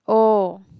oh